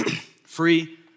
Free